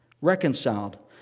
reconciled